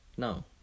No